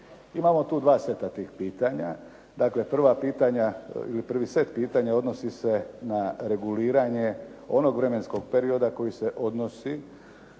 Imamo tu dva seta tih pitanja, dakle prva pitanja ili prvi set pitanja odnosi se na reguliranje onog vremenskog perioda koji se odnosi